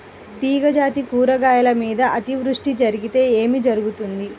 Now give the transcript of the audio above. తీగజాతి కూరగాయల మీద అతివృష్టి జరిగితే ఏమి జరుగుతుంది?